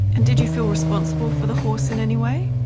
and did you feel responsible for the horse in any way?